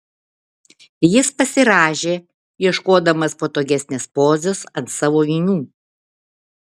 jis pasirąžė ieškodamas patogesnės pozos ant savo vinių